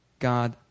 God